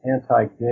anti-gay